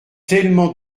tellement